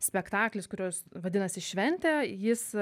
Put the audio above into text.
spektaklis kuris vadinasi šventė jis